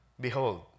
Behold